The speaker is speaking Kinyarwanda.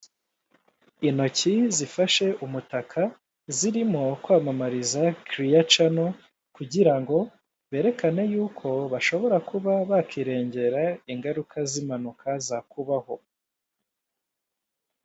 intoki zifashe umutaka zirimo kwamamariza kiriya cano kugira ngo berekane yuko bashobora kuba bakirengera ingaruka z'impanuka zakubaho.